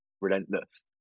relentless